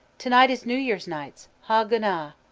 to-night is new year's night. hogunnaa!